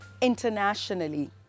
internationally